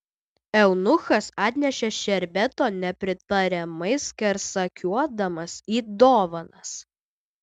eunuchas atnešė šerbeto nepritariamai skersakiuodamas į dovanas